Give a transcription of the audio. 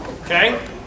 okay